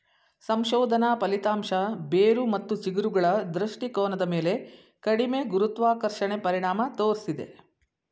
ಸಂಶೋಧನಾ ಫಲಿತಾಂಶ ಬೇರು ಮತ್ತು ಚಿಗುರುಗಳ ದೃಷ್ಟಿಕೋನದ ಮೇಲೆ ಕಡಿಮೆ ಗುರುತ್ವಾಕರ್ಷಣೆ ಪರಿಣಾಮ ತೋರ್ಸಿದೆ